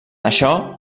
això